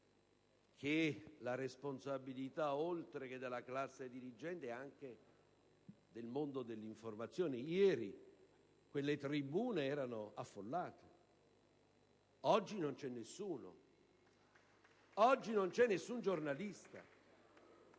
che la responsabilità è oltre che della classe dirigente anche del mondo dell'informazione. Ieri quelle tribune erano affollate. Oggi non c'è nessuno. *(Applausi dal